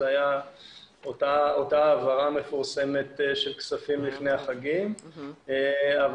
זאת הייתה אותה העברה מפורסמת של כספים לפני החגים אבל